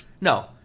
no